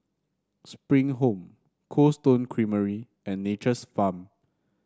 Spring Home Cold Stone Creamery and Nature's Farm